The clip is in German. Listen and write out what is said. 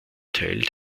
teil